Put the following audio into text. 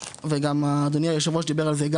וגם אדוני היושב-ראש דיבר על זה גם